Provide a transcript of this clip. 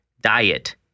diet